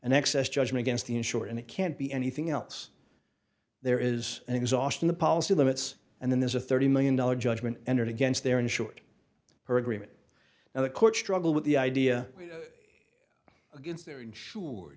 an excess judgment against the insurer and it can't be anything else there is an exhaust in the policy limits and then there's a thirty million dollars judgment entered against their insured her agreement now the court struggle with the idea against their insured